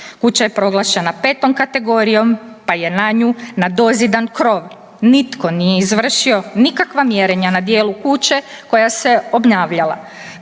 Kuća je proglašena 5. kategorijom, pa je na nju nadozidan krov. Nitko nije izvršio nikakva mjerenja na dijelu kuće koja se obnavljala.